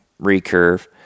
recurve